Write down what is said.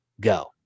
go